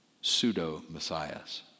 pseudo-Messiahs